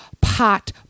pot